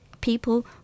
people